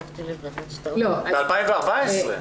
ב-2014.